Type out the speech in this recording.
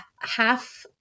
half